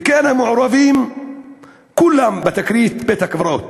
וכן את המעורבים כולם בתקרית בית-הקברות.